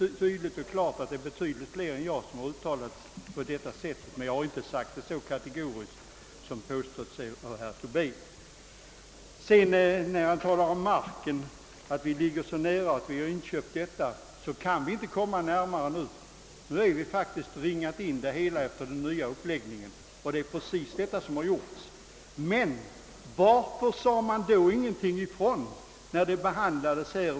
Visserligen har andra än jag uttalat sig på det sätt som herr Tobé nämnde, men jag har inte yttrat mig så kategoriskt som han påstod. Herr Tobé talade vidare om våra inköp av mark, som ligger i nära anslutning till Bulltofta. Jag vill framhålla att vi nu inte kan komma närmare. Vi har med den nya uppläggningen ringat in hela området, och vi har också fullföljt denna. Men varför sade man inte ifrån när frågan om inköp av den omkringliggande marken behandlades här?